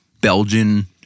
Belgian